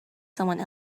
someone